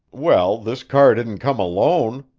well, this car didn't come alone,